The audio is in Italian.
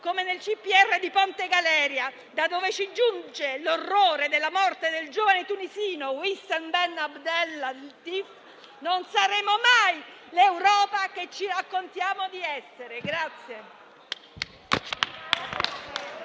come in quello di Ponte Galeria, da dove ci giunge l'orrore della morte del giovane tunisino Wissem Ben Abdel Latif, non saremo mai l'Europa che ci raccontiamo di essere.